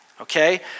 Okay